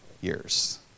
years